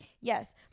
Yes